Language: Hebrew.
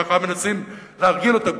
ככה מנסים להרגיל אותם,